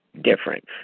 difference